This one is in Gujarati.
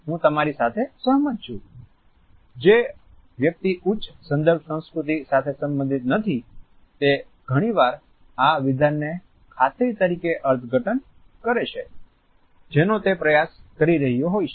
હું તમારી સાથે સહમત છું જે વ્યક્તિ ઉચ્ચ સંદર્ભ સંસ્કૃતિ સાથે સંબંધિત નથી તે ઘણીવાર આ વિધાનને ખાતરી તરીકે અર્થઘટન કરે છે જેનો તે પ્રયાસ કરી રહ્યો હોય છે